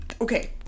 Okay